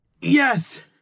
Yes